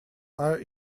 are